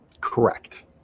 Correct